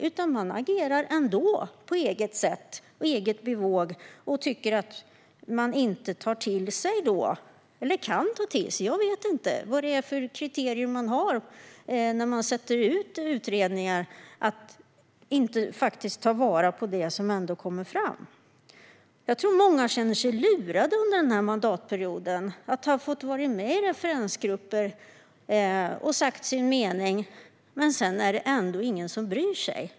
Man agerar ändå på eget sätt och på eget bevåg och kan inte ta till sig och ta vara på det som kommer fram. Jag vet inte vad det är för kriterier man har när man tillsätter utredningar. Jag tror att många har känt sig lurade under den här mandatperioden. De har fått vara med i referensgrupper och säga sin mening, men sedan är det ändå ingen som bryr sig.